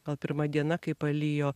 gal pirma diena kai palijo